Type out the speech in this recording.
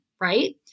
right